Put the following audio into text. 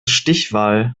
stichwahl